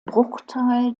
bruchteil